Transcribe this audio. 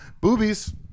Boobies